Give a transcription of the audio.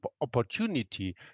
opportunity